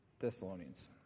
Thessalonians